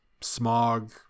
Smog